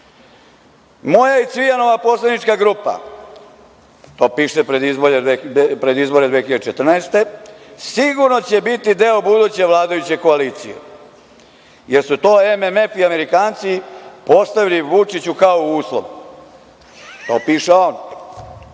moja i Cvijanova poslanička grupa, to piše pred izbor 2014. godine, sigurno će biti deo buduće vladajuće koalicije, jer su to MMF i Amerikanci postavili Vučiću kao uslov. To piše on,